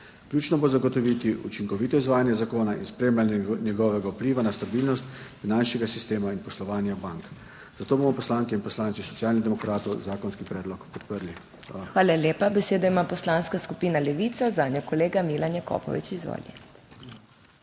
Ključno bo zagotoviti učinkovito izvajanje zakona in spremljanje njegovega vpliva na stabilnost finančnega sistema in poslovanja bank, zato bomo poslanke in poslanci Socialnih demokratov zakonski predlog podprli. **PODPREDSEDNICA MAG. MEIRA HOT:** Hvala lepa. Besedo ima Poslanska skupina Levica, zanjo kolega Milan Jakopovič. Izvolite.